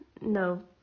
No